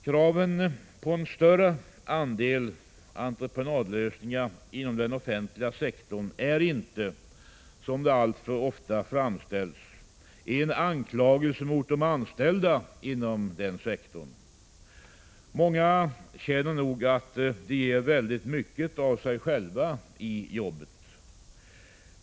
Kravet på en större andel entreprenadlösningar inom den offentliga sektorn är inte, som det alltför ofta framställs, en anklagelse mot de anställda inom denna sektor. Många känner nog att de ger väldigt mycket av sig själva i jobbet.